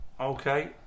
Okay